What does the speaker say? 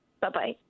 Bye-bye